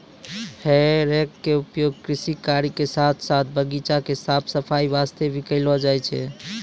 हे रेक के उपयोग कृषि कार्य के साथॅ साथॅ बगीचा के साफ सफाई वास्तॅ भी करलो जाय छै